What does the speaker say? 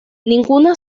ninguna